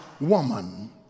woman